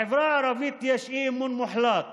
בחברה הערבית יש אי-אימון מוחלט